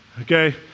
Okay